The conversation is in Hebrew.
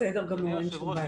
אדוני היושב-ראש,